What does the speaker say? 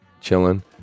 chilling